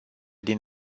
din